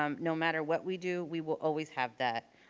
um no matter what we do, we will always have that.